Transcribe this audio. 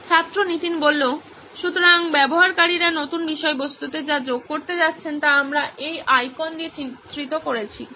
ছাত্র নীতিন সুতরাং ব্যবহারকারীরা নতুন বিষয়বস্তুতে যা যোগ করতে যাচ্ছেন তা আমরা এই আইকন দিয়ে চিত্রিত করেছি